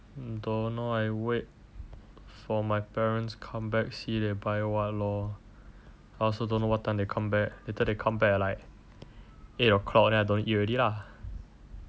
don't know I wait for my parents come back see then buy what lor I also don't know what time they come back later they come back at like eight o'clock then I don't need to eat already lah